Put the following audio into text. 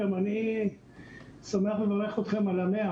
גם אני שמח לברך אתכם על ה-100.